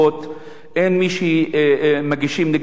אין מי שמגישים נגדו כתב-אישום,